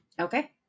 Okay